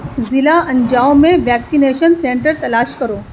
ضلع انجاو میں vaccination centre تلاش کرو